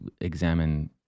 examine